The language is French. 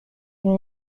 une